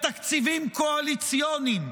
בתקציבים קואליציוניים,